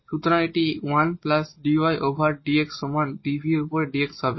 সুতরাং এটি 1 plus dy over dx সমান dv এর উপর dx হবে